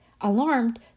Alarmed